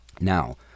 Now